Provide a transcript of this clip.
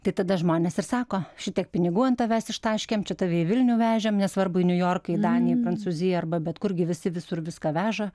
tai tada žmonės ir sako šitiek pinigų ant tavęs ištaškėm čia tave į vilnių vežėm nesvarbu į niujorką į daniją į prancūziją arba bet kur gi visi visur viską veža